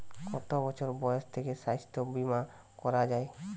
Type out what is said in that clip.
কত বছর বয়স থেকে স্বাস্থ্যবীমা করা য়ায়?